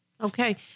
Okay